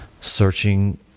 searching